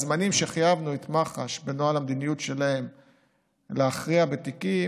הזמנים שחייבנו את מח"ש בנוהל המדיניות שלהם להכריע בתיקים